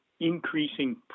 increasing